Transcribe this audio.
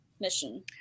Mission